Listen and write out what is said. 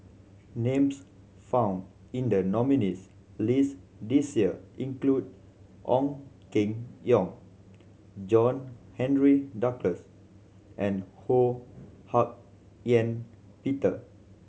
names found in the nominees' list this year include Ong Keng Yong John Henry Duclos and Ho Hak Ean Peter